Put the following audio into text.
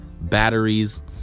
batteries